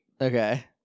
Okay